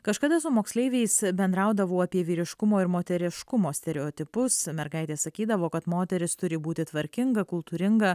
kažkada su moksleiviais bendraudavau apie vyriškumo ir moteriškumo stereotipus mergaitės sakydavo kad moteris turi būti tvarkinga kultūringa